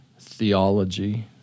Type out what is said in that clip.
theology